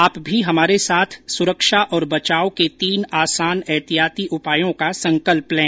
आप भी हमारे साथ सुरक्षा और बचाव के तीन आसान एहतियाती उपायों का संकल्प लें